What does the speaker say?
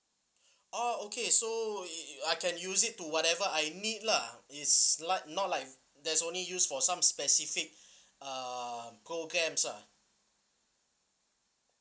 orh okay so you I can use it to whatever I need lah it's like not like there's only use for some specific uh go camps lah